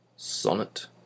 SONNET